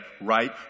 right